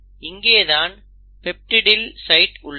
இங்கே தான் peptidyl site உள்ளது